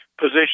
position